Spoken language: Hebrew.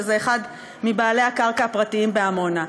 שזה אחד מבעלי הקרקעות הפרטיות בעמונה.